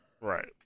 Right